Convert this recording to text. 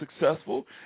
successful